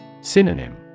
Synonym